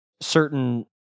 certain